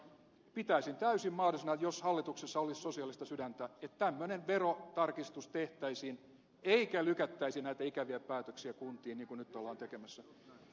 pitäisin täysin mahdollisena jos hallituksessa olisi sosiaalista sydäntä että tämmöinen verotarkistus tehtäisiin eikä lykättäisi näitä ikäviä päätöksiä kuntiin niin kuin nyt ollaan tekemässä